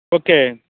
okay